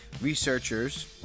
researchers